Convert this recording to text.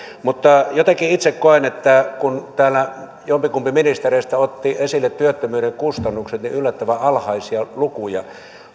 jotenkin itse koen että kun täällä jompikumpi ministereistä otti esille työttömyyden kustannukset niin yllättävän alhaisia lukuja oli